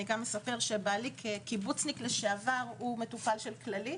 בעלי כקיבוצניק לשעבר מטופל בכללית,